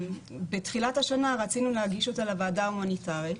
בתחילת השנה רצינו להגיש אותה לוועדה ההומניטארית,